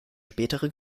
spätere